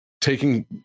taking